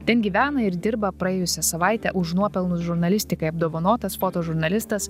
ten gyvena ir dirba praėjusią savaitę už nuopelnus žurnalistikai apdovanotas fotožurnalistas